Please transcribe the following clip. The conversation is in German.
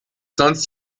sonst